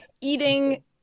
eating